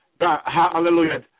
Hallelujah